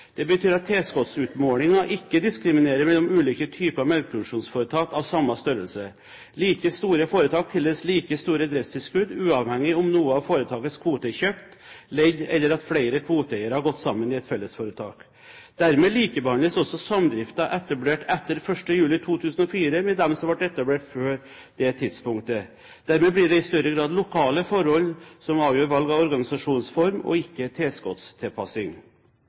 Det betyr at tilskuddsutmålingen ikke diskriminerer mellom ulike typer melkeproduksjonsforetak av samme størrelse. Like store foretak tildeles like store driftstilskudd, uavhengig av om noe av foretakets kvote er kjøpt, leid eller at flere kvoteeiere har gått sammen i et fellesforetak. Dermed likebehandles også samdrifter etablert etter 1. juli 2004 med dem som ble etablert før det tidspunktet. Dermed blir det i større grad lokale forhold som avgjør valg av organisasjonsform, og ikke